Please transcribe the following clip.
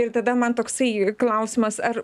ir tada man toksai klausimas ar